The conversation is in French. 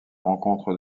rencontre